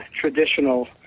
traditional